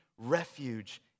Refuge